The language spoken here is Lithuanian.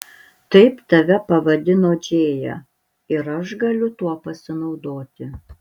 taip tave pavadino džėja ir aš galiu tuo pasinaudoti